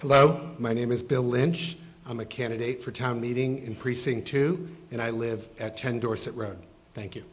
hello my name is bill lynch i'm a candidate for time meeting in precinct two and i live at ten dorset road thank you